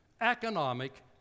economic